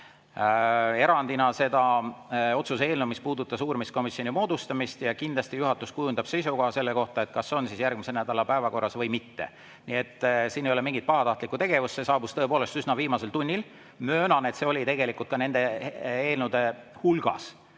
erandina seda otsuse eelnõu, mis puudutas uurimiskomisjoni moodustamist, ja kindlasti juhatus kujundab seisukoha selle kohta, kas see on järgmise nädala päevakorras või mitte. Nii et siin ei ole mingit pahatahtlikku tegevust. See saabus tõepoolest üsna viimasel tunnil. Möönan, et see oli tegelikult ka nende eelnõude hulgas,